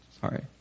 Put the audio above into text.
sorry